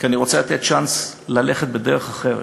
כי אני רוצה לתת צ'אנס להליכה בדרך אחרת.